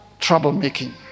troublemaking